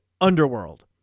UNDERWORLD